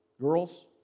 girls